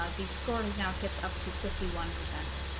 ah the score is now tipped up to fifty one percent